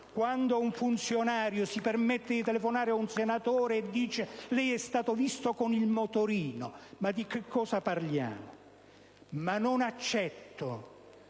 Quando un funzionario si permette di telefonare ad un senatore per dirgli: «Lei è stato visto con il motorino»... Ma di cosa parliamo? Ma non accetto,